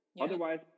Otherwise